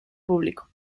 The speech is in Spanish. público